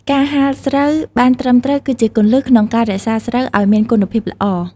ការហាលស្រូវបានត្រឹមត្រូវ គឺជាគន្លឹះក្នុងការរក្សាស្រូវឲ្យមានគុណភាពល្អ។